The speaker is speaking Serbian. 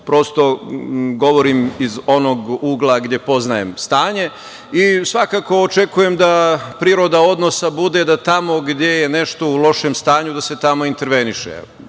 prosto govorim iz onog ugla gde poznajem stanje i svakako očekuje da priroda odnosa bude da tamo gde je nešto u lošem stanju da se tamo interveniše.